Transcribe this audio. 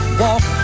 walk